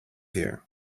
here